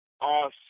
awesome